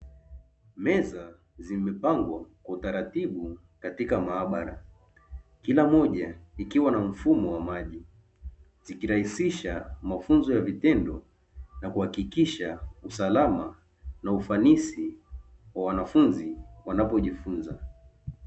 Meza zimepangwa kwa utaratibu katika maabara. Kila moja ikiwa na mfumo wa maji, zikirahisisha mafunzo ya vitendo na kuhakikisha, usalama na ufanisi wa wanafunzi wanapojifunza.